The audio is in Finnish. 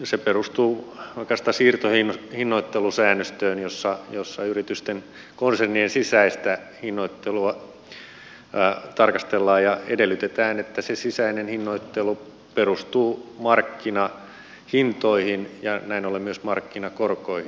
se perustuu oikeastaan siirtohinnoittelusäännöstöön jossa yritysten konsernien sisäistä hinnoittelua tarkastellaan ja edellytetään että se sisäinen hinnoittelu perustuu markkinahintoihin ja näin ollen myös markkinakorkoihin